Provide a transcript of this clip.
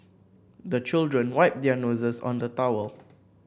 the children wipe their noses on the towel